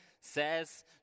says